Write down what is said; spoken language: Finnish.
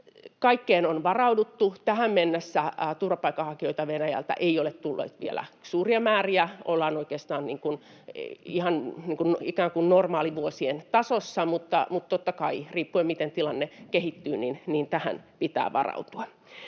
Kaikkeen on varauduttu. Tähän mennessä turvapaikanhakijoita Venäjältä ei ole tullut vielä suuria määriä. Ollaan oikeastaan ihan normaalivuosien tasossa, mutta totta kai riippuen siitä, miten tilanne kehittyy, tähän pitää varautua.